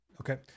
Okay